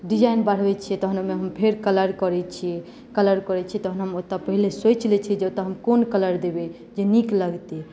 design बढ़बैत छियै तखन फेर ओहिमे कलर करैत छियै कलर करैत छियै तखन हम ओतय पहिले सोचि लैत छियै जे ओतय हम कोन कलर देबै जे नीक लगतै